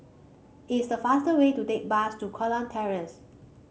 it's the faster way to take bus to Kurau Terrace